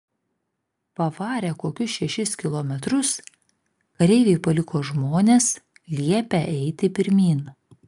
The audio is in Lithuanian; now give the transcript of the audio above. pavarę kokius šešis kilometrus kareiviai paliko žmones liepę eiti pirmyn